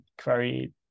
query